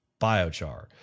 biochar